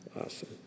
Awesome